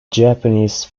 japanese